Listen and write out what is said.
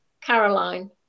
Caroline